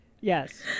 yes